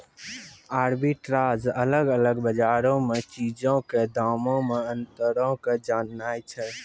arbitrage अलग अलग बजारो मे चीजो के दामो मे अंतरो के जाननाय छै